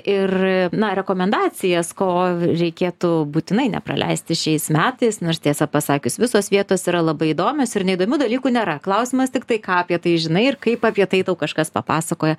ir na rekomendacijas ko reikėtų būtinai nepraleisti šiais metais nors tiesą pasakius visos vietos yra labai įdomios ir neįdomių dalykų nėra klausimas tiktai ką apie tai žinai ir kaip apie tai tau kažkas papasakoja